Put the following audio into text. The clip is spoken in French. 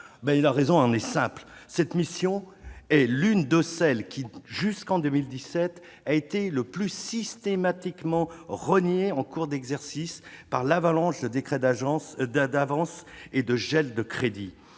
». La raison en est simple : cette mission est l'une de celles qui, jusqu'en 2017, ont été le plus systématiquement rognées en cours d'exercice par des avalanches de décrets d'avance et de gels de crédits.